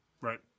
Right